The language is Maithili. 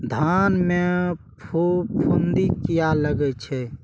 धान में फूफुंदी किया लगे छे?